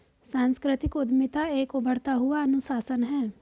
सांस्कृतिक उद्यमिता एक उभरता हुआ अनुशासन है